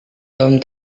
tom